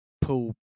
pull